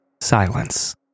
silence